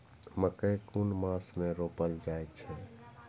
मकेय कुन मास में रोपल जाय छै?